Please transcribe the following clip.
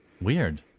Weird